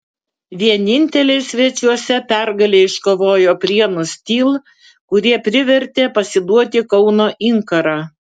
vieninteliai svečiuose pergalę iškovojo prienų stihl kurie privertė pasiduoti kauno inkarą